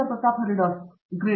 ಪ್ರತಾಪ್ ಹರಿಡೋಸ್ ಗ್ರೇಟ್